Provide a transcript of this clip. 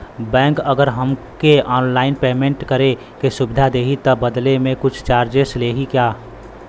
Bank अगर हमके online payment करे के सुविधा देही त बदले में कुछ चार्जेस लेही का?